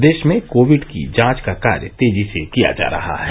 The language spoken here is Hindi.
प्रदेश में कोविड की जांच का कार्य तेजी से किया जा रहा है